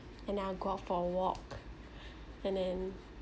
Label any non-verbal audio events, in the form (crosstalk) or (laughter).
and I go out for a walk (breath) and then